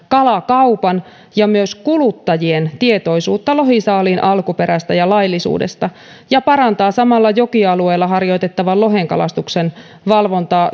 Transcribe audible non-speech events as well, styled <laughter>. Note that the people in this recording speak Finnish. <unintelligible> kalakaupan ja myös kuluttajien tietoisuutta lohisaaliin alkuperästä ja laillisuudesta ja parantaa samalla jokialueella harjoitettavan lohenkalastuksen valvontaa <unintelligible>